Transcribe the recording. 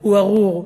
הוא ארור,